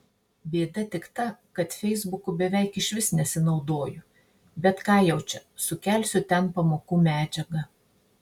bėda tik ta kad feisbuku beveik išvis nesinaudoju bet ką jau čia sukelsiu ten pamokų medžiagą